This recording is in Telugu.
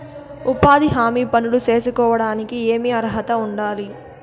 ఉపాధి హామీ పనులు సేసుకోవడానికి ఏమి అర్హత ఉండాలి?